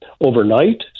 overnight